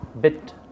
Bit